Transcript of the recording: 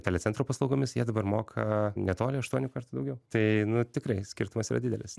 telecentro paslaugomis jie dabar moka netoli aštuonių kartų daugiau tai nu tikrai skirtumas yra didelis